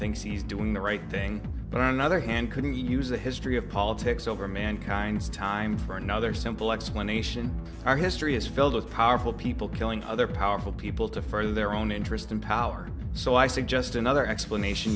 thinks he's doing the right thing but on another hand couldn't use the history of politics over mankind's time for another simple explanation our history is filled with powerful people killing other powerful people to further their own interest in power so i suggest another explanation